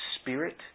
spirit